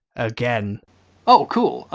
again oh cool.